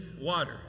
Water